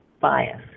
bias